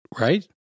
Right